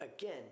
again